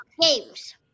games